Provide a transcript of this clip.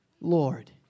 Lord